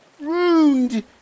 ruined